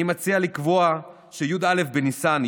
אני מציע לקבוע שי"א בניסן,